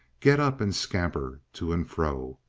get up and scamper to and fro.